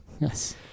Yes